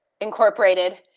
incorporated